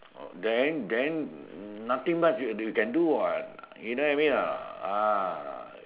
oh then then nothing much you can do [what] you know what I mean or not ah